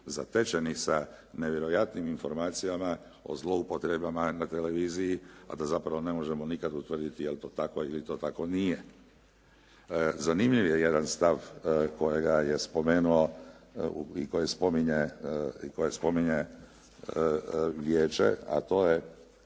zatečeni sa nevjerojatnim informacijama o zloupotrebama na televiziji a da zapravo ne možemo nikad utvrditi je li to tako ili to tako nije. Zanimljiv je jedan stav kojega je spomenuo i koje spominje, koje